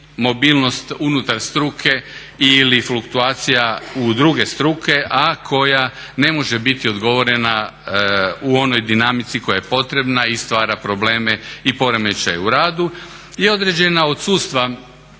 mobilnost unutar struke ili fluktuacija u druge struke, a koja ne može biti odgovoreno u onoj dinamici koja je potrebna i stvara probleme i poremećaje u radu i određena odsustva.